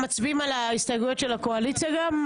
מצביעים על ההסתייגויות של הקואליציה גם?